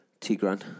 Tigran